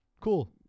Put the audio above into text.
Cool